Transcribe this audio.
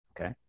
okay